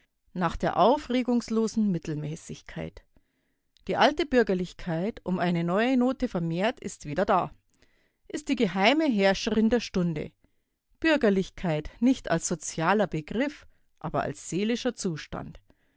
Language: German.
nach der aufregungslosen mittelmäßigkeit die alte bürgerlichkeit um eine neue note vermehrt ist wieder da ist die geheime herrscherin der stunde bürgerlichkeit nicht als sozialer begriff aber als seelischer zustand